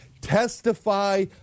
Testify